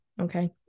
okay